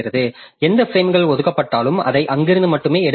எந்த பிரேம்கள் ஒதுக்கப்பட்டாலும் அதை அங்கிருந்து மட்டுமே எடுக்க முயற்சிக்கும்